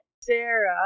Sarah